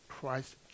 Christ